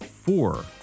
Four